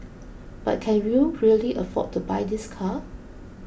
but can you really afford to buy this car